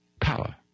power